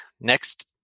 next